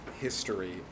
history